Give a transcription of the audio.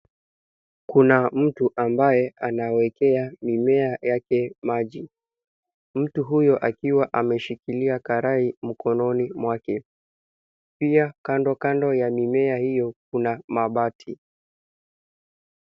Kuna mtu ambaye anawekea mimea yake maji. Mtu huyo akiwa ameshikilia karai mkononi mwake. Pia kando kando ya mimea hiyo kuna mabati.